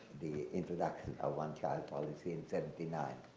the introduction of one child policy in seventy nine.